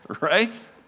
Right